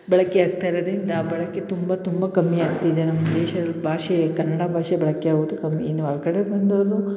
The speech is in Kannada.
ಬಳಕೆ ಆಗ್ತ ಇರೊದರಿಂದ ಬಳಕೆ ತುಂಬ ತುಂಬ ಕಮ್ಮಿ ಆಗ್ತಿದೆ ನಮ್ಮ ದೇಶದಲ್ಲಿ ಭಾಷೆ ಕನ್ನಡ ಭಾಷೆ ಬಳಕೆ ಆಗೋದು ಕಮ್ಮಿ ಇನ್ನು ಹೊರ್ಗಡೆ ಬಂದೋರು